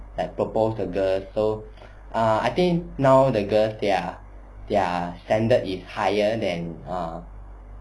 like proposed the girl so ah I think now the girls their their standard is higher than ah